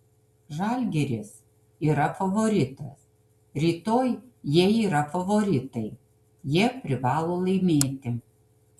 žalgiris yra favoritas rytoj jie yra favoritai jie privalo laimėti